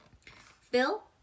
Phil